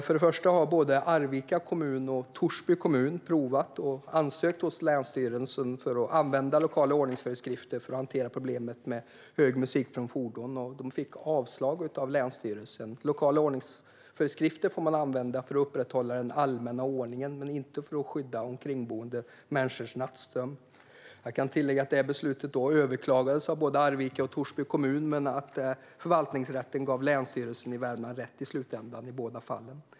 För det första har både Arvika kommun och Torsby kommun provat det och ansökt hos länsstyrelsen för att använda lokala ordningsföreskrifter för att hantera problemet med hög musik från fordon. De fick avslag av länsstyrelsen. Lokala ordningsföreskrifter får man använda för att upprätthålla den allmänna ordningen men inte för att skydda omkringboende människors nattsömn. Jag kan tillägga att det beslutet överklagades av både Arvika och Torsby kommun, men förvaltningsrätten gav Länsstyrelsen i Värmland rätt i slutändan i båda fallen.